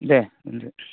दे दोन्दो